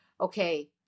okay